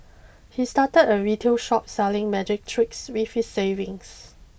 he started a retail shop selling magic tricks with his savings